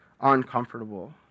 uncomfortable